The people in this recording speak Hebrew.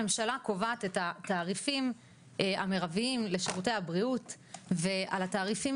הממשלה קובעת את התעריפים המרביים לשירותי הבריאות ועל התעריפים